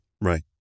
Right